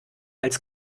als